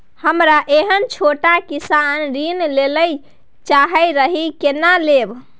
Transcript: हमरा एहन छोट किसान ऋण लैले चाहैत रहि केना लेब?